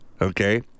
Okay